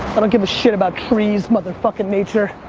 i don't give a shit about trees, motherfuckin' nature,